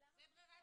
זו ברירת